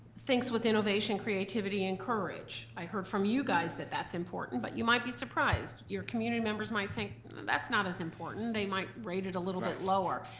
thinks with innovation, creativity, and courage. i heard from you guys that that's important, but you might be surprised. your community members might say that's not as important, they might rate it a little bit lower.